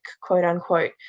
quote-unquote